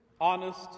honest